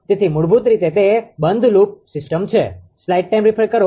તેથી મૂળભૂત રીતે તે બંધ લૂપ સિસ્ટમ છે